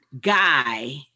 guy